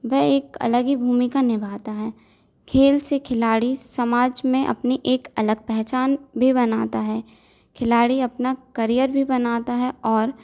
वह एक अलग ही भूमिका निभाता है खेल से खिलाड़ी समाज में एक अपनी अलग पहचान भी बनाता है खिलाड़ी अपना करियर भी बनता है और